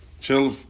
chill